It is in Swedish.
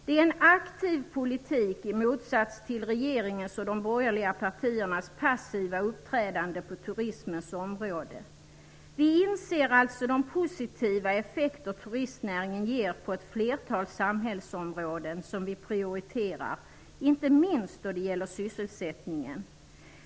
Det är en aktiv politik, i motsats till regeringens och de borgerliga partiernas passiva uppträdande på turismens område. Vi inser alltså de positiva effekter turistnäringen ger på ett flertal samhällsområden som vi prioriterar, inte minst då det gäller sysselsättningen.